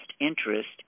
interest